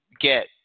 get